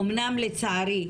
אמנם לצערי,